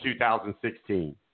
2016